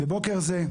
בבוקר זה,